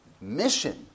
mission